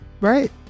right